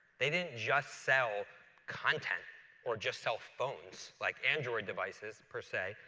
they didn't just sell content or just sell phones like android devices, per say,